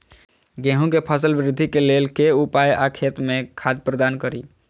गेंहूँ केँ फसल वृद्धि केँ लेल केँ उपाय आ खेत मे खाद प्रदान कड़ी?